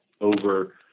over